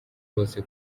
hose